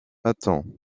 attends